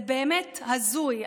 זה באמת הזוי,